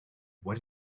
what